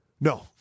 No